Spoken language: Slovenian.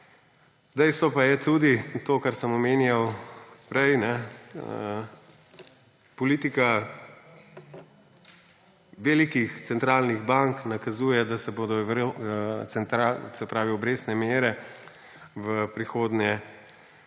Dejstvo je tudi to, kar sem omenjal prej – politika velikih centralnih bank nakazuje, da se bodo obrestne mere v prihodnje